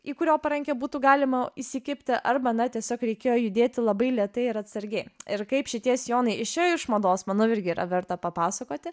į kurio parankę būtų galima įsikibti arba na tiesiog reikėjo judėti labai lėtai ir atsargiai ir kaip šitie sijonai išėjo iš mados manau irgi yra verta papasakoti